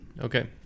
Okay